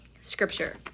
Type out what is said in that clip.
Scripture